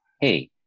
Hey